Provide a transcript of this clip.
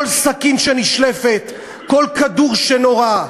כל סכין שנשלפת, כל כדור שנורה,